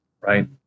right